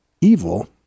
evil